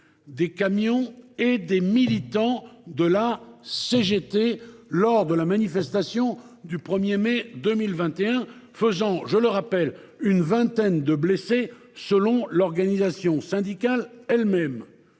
des camions et des militants de la CGT lors de la manifestation du 1 mai 2021, faisant une vingtaine de blessés selon l’organisation syndicale elle même.